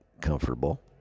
comfortable